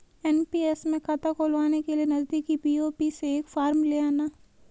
NPS में खाता खुलवाने के लिए नजदीकी पी.ओ.पी से एक फॉर्म ले आना